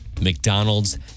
McDonald's